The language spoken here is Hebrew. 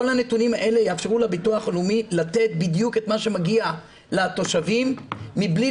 כל הנתונים האלה יאפשר לביטוח הלאומי לתת בדיוק את מה שמגיע לתושבים מבלי